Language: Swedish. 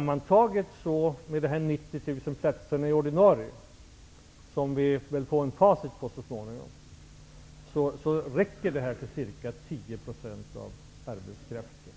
90 000 platserna, som vi väl får se facit av så småningom, räcker det här till ca 10 % av arbetskraften.